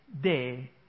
day